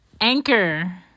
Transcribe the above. Anchor